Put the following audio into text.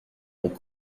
ont